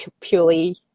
purely